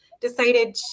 decided